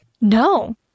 No